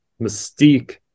Mystique